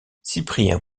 cyprien